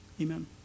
Amen